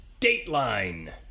Dateline